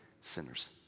sinners